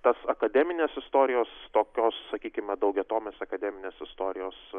tas akademinės istorijos tokios sakykime daugiatomės akademinės istorijos